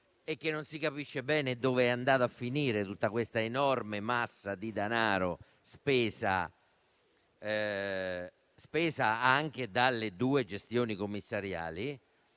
e non si capisce bene dov'è andata a finire tutta questa enorme massa di danaro spesa anche dalle due gestioni commissariali.